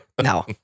No